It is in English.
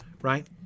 right